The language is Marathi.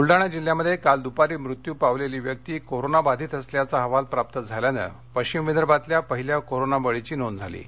ब्लडाणा जिल्ह्यामध्ये काल दुपारी मृत्यू पावलेली व्यक्ती कोरोना बाधित असल्याचा अहवाल प्राप्त झाल्यानं पश्चिम विदर्भातील पहिल्या कोरोनाबळीची नोंद झाली आहे